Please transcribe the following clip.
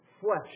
flesh